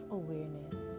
awareness